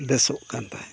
ᱵᱮᱥᱚᱜ ᱠᱟᱱ ᱛᱟᱦᱮᱸᱫ